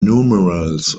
numerals